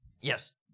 Yes